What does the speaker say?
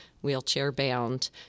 wheelchair-bound